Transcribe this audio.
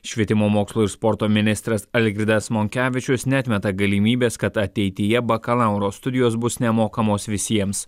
švietimo mokslo ir sporto ministras algirdas monkevičius neatmeta galimybės kad ateityje bakalauro studijos bus nemokamos visiems